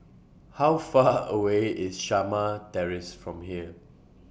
How Far away IS Shamah Terrace from here